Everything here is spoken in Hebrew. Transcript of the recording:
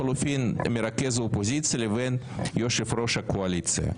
או לחילופין מרכז האופוזיציה לבין יושב ראש הקואליציה'.